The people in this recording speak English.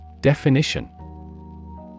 Definition